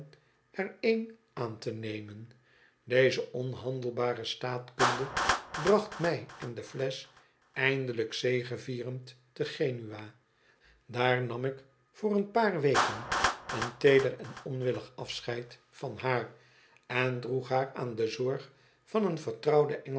er een aan te nemen deze onhandelbare staatkunde bracht mi en de flesch eindelijk zegevierend te genua daar nam ik voor een paar weken een teeder en onwillig afscheid van haar en droeg haar aan do zorg van een vertrouwden